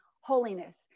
holiness